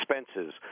expenses